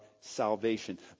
salvation